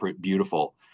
beautiful